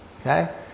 okay